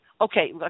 Okay